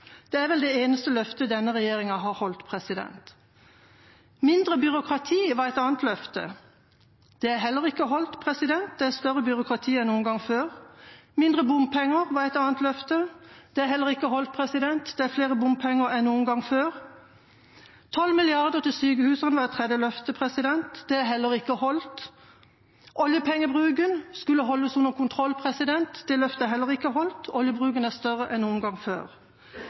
Det er vel det eneste løftet denne regjeringa har holdt. Mindre byråkrati var ett løfte. Det er heller ikke holdt. Det er mer byråkrati enn noen gang før. Mindre bompenger var et annet løfte. Det er heller ikke holdt. Det er mer bompenger enn noen gang før. 12 mrd. kr til sykehusene var et tredje løfte. Det er heller ikke holdt. Oljepengebruken skulle holdes under kontroll. Det løftet er heller ikke holdt. Oljepengebruken er større enn noen gang før.